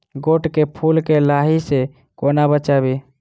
गोट केँ फुल केँ लाही सऽ कोना बचाबी?